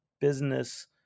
business